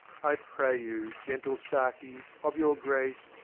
i pray you, gentle saki, of your grace.